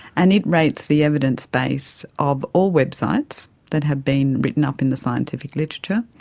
and it rates the evidence base of all websites that have been written up in the scientific literature.